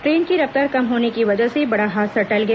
train की रफ्तार कम होने की वजह से बड़ा हादसा टल गया